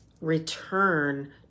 return